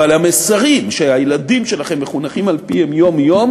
אבל המסרים שהילדים שלכם מחונכים על-פיהם יום-יום